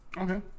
Okay